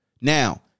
Now